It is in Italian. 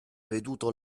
veduto